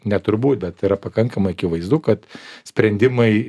ne turbūt bet yra pakankamai akivaizdu kad sprendimai